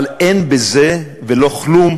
אבל אין בזה ולא כלום